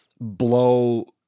blow